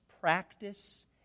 practice